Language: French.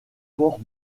port